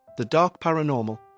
thedarkparanormal